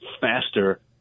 faster